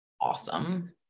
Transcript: awesome